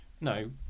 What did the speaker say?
no